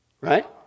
right